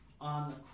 on